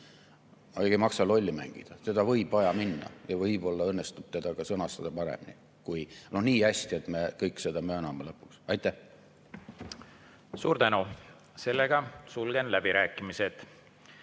ei maksa lolli mängida. Seda võib vaja minna ja võib-olla õnnestub seda ka sõnastada paremini – nii hästi, et me kõik seda lõpuks mööname. Aitäh! Suur tänu! Sulgen läbirääkimised.